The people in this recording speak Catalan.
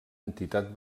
entitat